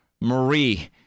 Marie